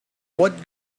what